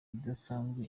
zidasanzwe